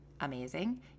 amazing